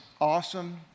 awesome